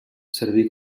serví